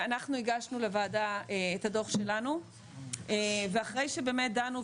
אנחנו הגשנו לוועדה את הדו"ח שלנו ואחרי שבאמת דנו,